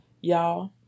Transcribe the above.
y'all